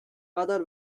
other